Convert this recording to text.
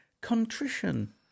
Contrition